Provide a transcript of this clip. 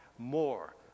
more